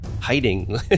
hiding